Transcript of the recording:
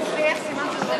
לדיון מוקדם בוועדה שתקבע